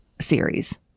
series